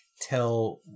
tell